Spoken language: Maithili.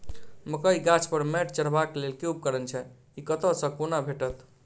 मकई गाछ पर मैंट चढ़ेबाक लेल केँ उपकरण छै? ई कतह सऽ आ कोना भेटत?